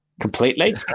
completely